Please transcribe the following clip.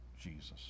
Jesus